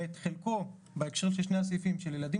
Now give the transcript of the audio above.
ואת חלקו בהקשר של שני הסעיפים של ילדים